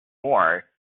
more